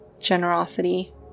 generosity